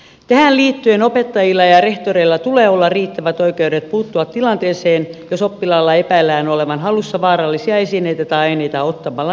tähän liittyen opettajilla ja rehtoreilla tulee olla riittävät oikeudet puuttua tilanteeseen jos oppilaalla epäillään olevan hallussa vaarallisia esineitä tai aineita ottamalla ne haltuun